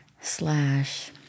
slash